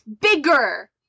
bigger